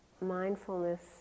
mindfulness